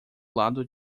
lado